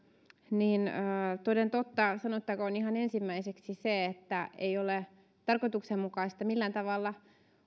ja toden totta sanottakoon ihan ensimmäiseksi se että ei ole tarkoituksenmukaista millään tavalla